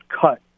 cut